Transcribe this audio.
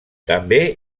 també